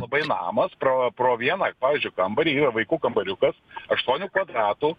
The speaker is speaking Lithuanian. labai namas pro pro vieną pavyzdžiui kambarį yra vaikų kambariukas aštuonių kvadratų